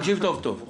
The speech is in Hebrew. תקשיב טוב טוב.